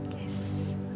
Yes